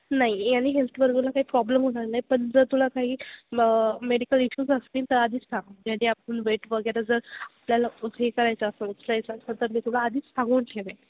नाही याने हेल्थवर वगैरे काही प्रॉब्लेम होणार नाही पण जर तुला काही म मेडिकल इश्यूज असतील तर आधीच सांग ज्याने आपण वेट वगैरे जर आपल्याला हे करायचं असेल स्ट्रेस असं तर मग तुला आधीच सांगून घेईन